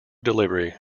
delivery